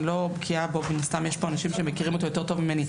אני לא בקיאה בו ומן הסתם יש פה אנשים שמכירים אותו יותר טוב ממני,